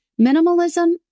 Minimalism